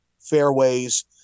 fairways